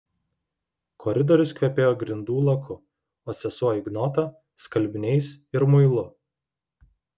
koridorius kvepėjo grindų laku o sesuo ignota skalbiniais ir muilu